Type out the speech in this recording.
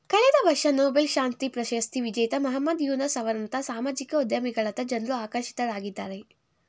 ಕಳೆದ ವರ್ಷ ನೊಬೆಲ್ ಶಾಂತಿ ಪ್ರಶಸ್ತಿ ವಿಜೇತ ಮಹಮ್ಮದ್ ಯೂನಸ್ ಅವರಂತಹ ಸಾಮಾಜಿಕ ಉದ್ಯಮಿಗಳತ್ತ ಜನ್ರು ಆಕರ್ಷಿತರಾಗಿದ್ದಾರೆ